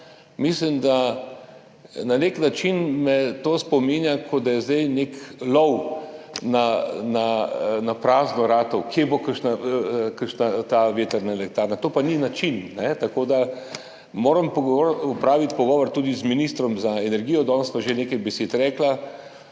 stvar. Na nek način me to spominja, kot da je zdaj nastal nek lov na prazno, kje bo kakšna vetrna elektrarna, to pa ni način. Tako da moram opraviti pogovor tudi z ministrom za energijo, danes sva že nekaj besed rekla,